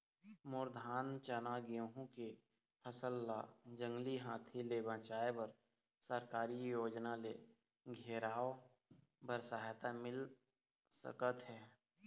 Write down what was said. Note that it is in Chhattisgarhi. मोर धान चना गेहूं के फसल ला जंगली हाथी ले बचाए बर सरकारी योजना ले घेराओ बर सहायता मिल सका थे?